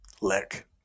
Lick